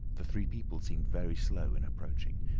the three people seemed very slow in approaching.